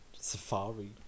Safari